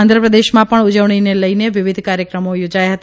આંધ્રપ્રદેશમાં ણ ઉજવણીને લઇને વિવિધ કાર્યક્રમો યોજાયા હતા